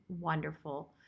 wonderful